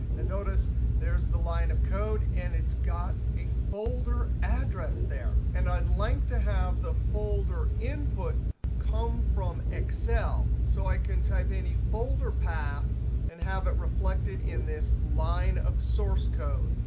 and notice there's the line of code, and it's got a folder address there. and i'd to have the folder input come from excel so i can type any folder path and have it reflected in this line of source code.